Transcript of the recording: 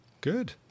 good